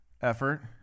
effort